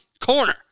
corner